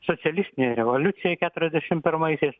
socialistinėj revoliucijoj keturiasdešim pirmaisiais